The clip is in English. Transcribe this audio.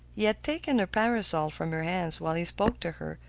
he had taken her parasol from her hands while he spoke to her,